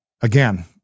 again